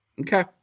Okay